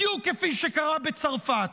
בדיוק כפי שקרה בצרפת,